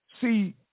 See